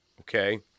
okay